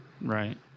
Right